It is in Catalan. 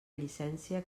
llicència